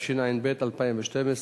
התשע"ב 2012,